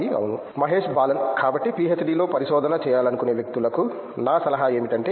అవును మహేష్ బాలన్ కాబట్టి పీహెచ్డీలో పరిశోధన చేయాలనుకునే వ్యక్తులకు నా సలహా ఏమిటంటే ఎం